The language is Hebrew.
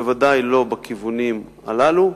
בוודאי לא בכיוונים הללו.